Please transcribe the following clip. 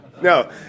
No